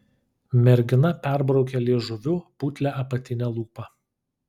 mergina perbraukė liežuviu putlią apatinę lūpą